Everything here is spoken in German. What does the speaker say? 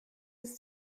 ist